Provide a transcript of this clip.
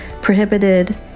prohibited